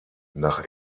nach